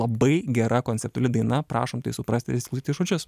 labai gera konceptuali daina prašom tai suprast ir įsiklausyt į žodžius